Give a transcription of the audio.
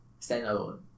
standalone